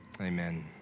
amen